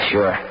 Sure